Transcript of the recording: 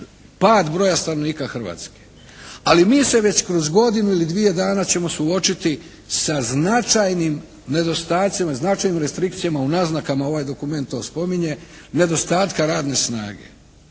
pad broja stanovnika Hrvatske. Ali mi se već kroz godinu ili dvije dana ćemo suočiti sa značajnim nedostacima, značajnim restrikcijama u naznakama, ovaj dokument to spominje nedostatka radne snage.